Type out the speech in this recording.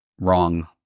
wrong